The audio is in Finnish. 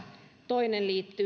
toinen liittyy